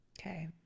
Okay